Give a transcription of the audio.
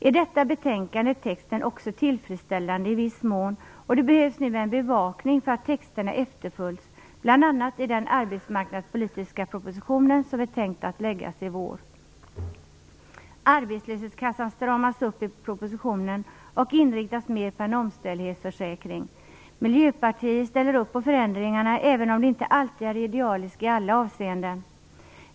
I detta betänkande är texten också tillfredsställande i viss mån, och det behövs nu en bevakning av att texterna efterföljs, bl.a. i den arbetsmarknadspolitiska propositionen, som är tänkt att läggas fram i vår. Arbetslöshetsförsäkringen stramas upp i propositionen och inriktas mer på en omställning. Miljöpartiet ställer upp på förändringarna, även om de inte är idealiska i alla avseenden.